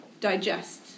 digest